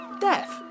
Death